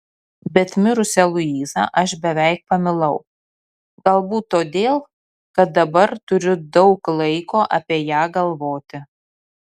bet mirusią luizą aš beveik pamilau galbūt todėl kad dabar turiu daug laiko apie ją galvoti